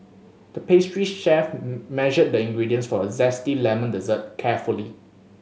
the pastry chef measured the ingredients for a zesty lemon dessert carefully